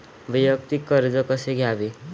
वैयक्तिक कर्ज कसे घ्यावे?